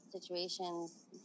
situations